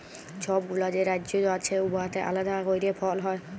ছব গুলা যে রাজ্য আছে উয়াতে আলেদা ক্যইরে ফল হ্যয়